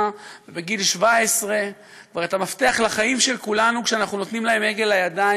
ובגיל 17 כבר את המפתח לחיים של כולנו כשאנחנו נותנים להם הגה לידיים,